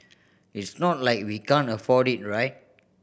it's not like we can't afford it right